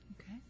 Okay